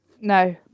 No